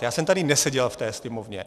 Já jsem tady neseděl v té Sněmovně.